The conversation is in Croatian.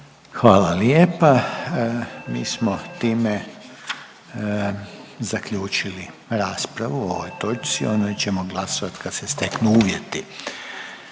Hvala lijepa. Mi smo time zaključili raspravu o ovoj točci. O njoj ćemo glasovat kad se steknu uvjeti.